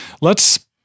let's-